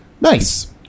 Nice